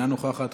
אינה נוכחת,